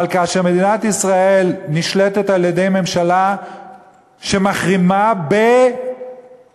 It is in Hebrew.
אבל כאשר מדינת ישראל נשלטת על-ידי ממשלה שמחרימה בגלוי,